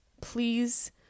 please